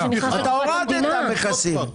אתה הורדת מכסים.